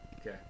Okay